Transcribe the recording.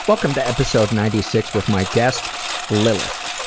welcome to episode ninety six with my guest lillith.